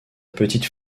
petites